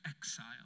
exile